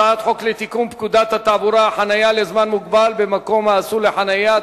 הצעת חוק לתיקון פקודת התעבורה (חנייה לזמן מוגבל במקום אסור לחנייה),